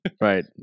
right